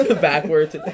backwards